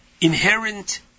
Inherent